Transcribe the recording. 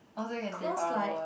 cause like